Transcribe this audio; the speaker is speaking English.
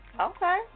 Okay